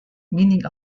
meaning